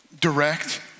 direct